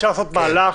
אפשר לעשות מהלך,